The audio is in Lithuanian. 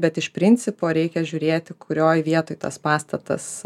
bet iš principo reikia žiūrėti kurioj vietoj tas pastatas